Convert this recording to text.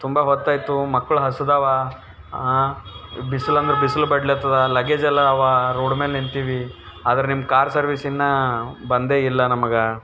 ತುಂಬ ಹೊತ್ತಾಯಿತು ಮಕ್ಳು ಹಸಿದವ ಬಿಸ್ಲು ಅಂದ್ರೆ ಬಿಸ್ಲು ಬಡ್ಲತ್ತದ ಲಗೇಜ್ ಎಲ್ಲ ಅವ ರೋಡ್ ಮೇಲೆ ನಿಂತೀವಿ ಆದರೆ ನಿಮ್ಮ ಕಾರ್ ಸರ್ವಿಸ್ ಇನ್ನೂ ಬಂದೇ ಇಲ್ಲ ನಮ್ಗೆ